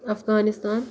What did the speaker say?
Afghanistan